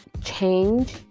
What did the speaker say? change